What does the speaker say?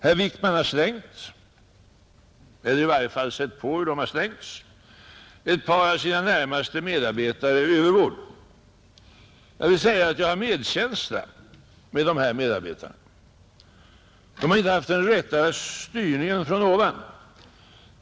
Herr Wickman har slängt ett par av sina närmaste medarbetare — eller i varje fall åsett hur de slängts — över bord. Jag vill säga att jag har medkänsla med dessa medarbetare, De har inte haft den rätta styrningen från ovan.